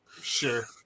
sure